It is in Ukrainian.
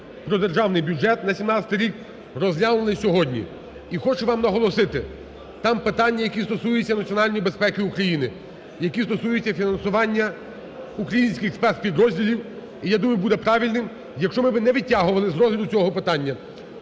"Про Державний бюджет на 2017 рік" розглянули сьогодні. І хочу вам наголосити, там питання, які стосуються національної безпеки України, які стосуються фінансування українських спецпідрозділів. І, я думаю, буде правильним, якщо би ми не відтягували з розглядом цього питання.